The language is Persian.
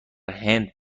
هند